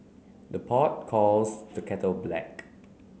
the pot calls the kettle black